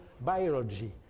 biology